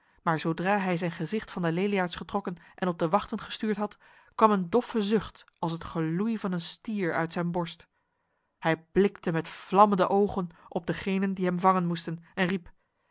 maar zodra hij zijn gezicht van de leliaards getrokken en op de wachten gestuurd had kwam een doffe zucht als het geloei van een stier uit zijn borst hij blikte met vlammende ogen op degenen die hem vangen moesten en riep